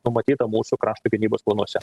numatyta mūsų krašto gynybos planuose